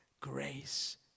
Grace